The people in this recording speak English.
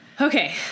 Okay